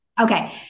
Okay